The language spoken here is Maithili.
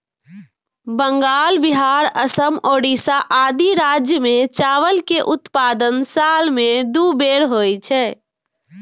बंगाल, बिहार, असम, ओड़िशा आदि राज्य मे चावल के उत्पादन साल मे दू बेर होइ छै